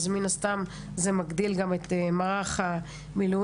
אז מן הסתם זה מגדיל גם את מערך המילואים,